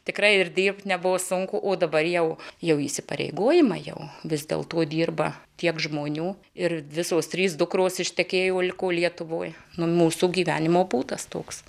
tikrai ir dirbt nebuvo sunku o dabar jau jau įsipareigojimai jau vis dėl to dirba tiek žmonių ir visos trys dukros ištekėjo liko lietuvoj nu mūsų gyvenimo būdas toks